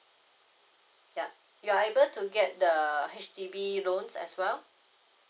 yup you are able to get the H_D_B loans as well